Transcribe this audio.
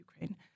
Ukraine